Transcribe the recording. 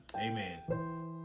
Amen